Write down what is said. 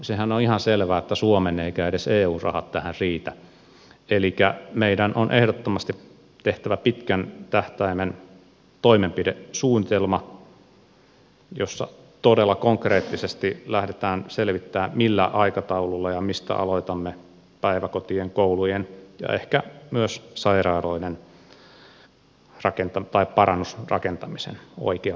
sehän on ihan selvä et teivät suomen eikä edes eun rahat tähän riitä elikkä meidän on ehdottomasti tehtävä pitkän tähtäimen toimenpidesuunnitelma jossa todella konkreettisesti lähdetään selvittämään millä aikataululla ja mistä aloitamme päiväkotien koulujen ja ehkä myös sairaaloiden parannusrakentamisen oikealla tavalla